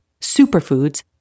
superfoods